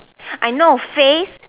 I know phase